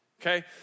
okay